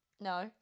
No